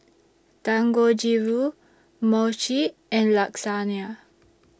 Dangojiru Mochi and